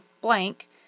blank